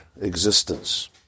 existence